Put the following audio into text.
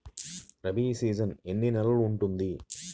Rabi season ఎన్ని నెలలు ఉంటుంది?